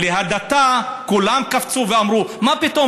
על הדתה כולם קפצו ואמרו: מה פתאום,